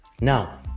now